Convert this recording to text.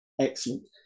Excellent